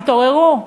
תתעוררו.